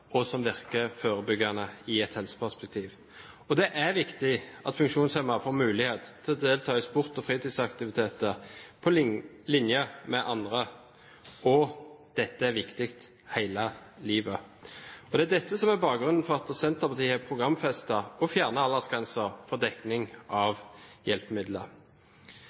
viktig at funksjonshemmede får mulighet til å delta i sports- og fritidsaktiviteter på linje med andre, og dette er viktig hele livet. Det er dette som er bakgrunnen for at Senterpartiet har programfestet å fjerne aldersgrensen for dekning av hjelpemidler.